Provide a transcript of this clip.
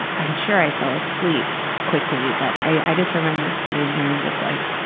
i'm sure i fell asleep quickly. but i, i just remember sitting there and just like,